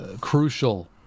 crucial